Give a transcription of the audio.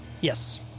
Yes